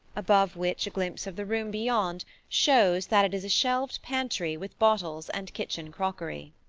above which a glimpse of the room beyond shows that it is a shelved pantry with bottles and kitchen crockery.